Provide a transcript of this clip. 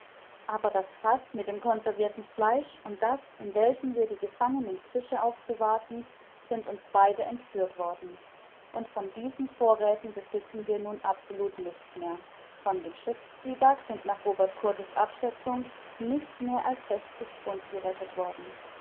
aber das faß mit dem conservirten fleisch und das in welchem wir die gefangenen fische aufbewahrten sind uns beide entführt worden und von diesen vorräthen besitzen wir nun absolut nichts mehr von dem schiffszwieback sind nach robert kurtis abschätzung nicht mehr als sechzig pfund gerettet worden